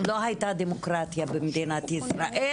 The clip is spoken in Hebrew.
לא הייתה דמוקרטיה במדינת ישראל,